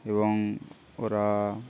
এবং ওরা